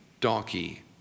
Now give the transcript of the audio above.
donkey